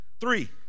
Three